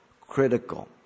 critical